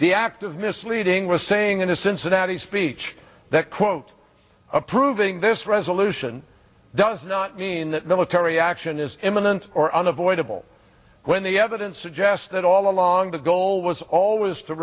the act of misleading was saying in a cincinnati speech that quote approving this resolution does not mean that military action is imminent or unavoidable when the evidence suggests that all along that goal was always to